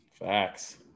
Facts